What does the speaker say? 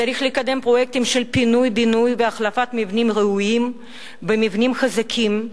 צריך לקדם פרויקטים של פינוי-בינוי והחלפת מבנים רעועים במבנים חזקים,